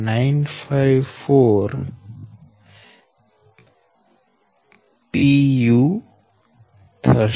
954 pu થશે